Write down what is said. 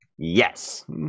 Yes